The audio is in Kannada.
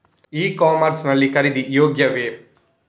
ಇ ಕಾಮರ್ಸ್ ಲ್ಲಿ ಖರೀದಿ ಯೋಗ್ಯವೇ?